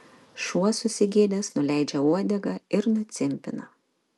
šuo susigėdęs nuleidžia uodegą ir nucimpina